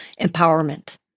empowerment